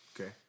Okay